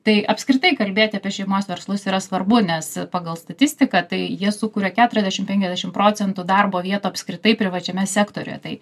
tai apskritai kalbėti apie šeimos verslus yra svarbu nes pagal statistiką tai jie sukuria keturiasdešim penkiasdešim procentų darbo vietų apskritai privačiame sektoriuje tai